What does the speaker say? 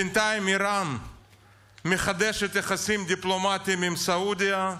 בינתיים איראן מחדשת יחסים דיפלומטיים עם סעודיה,